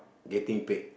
getting paid